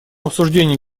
обсуждения